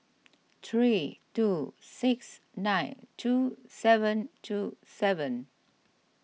three two six nine two seven two seven